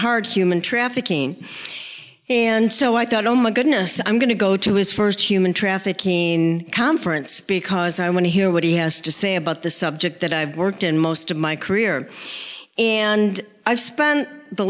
heart human trafficking and so i thought oh my goodness i'm going to go to his first human trafficking conference because i want to hear what he has to say about the subject that i've worked in most of my career and i've spent the